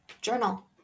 Journal